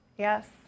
yes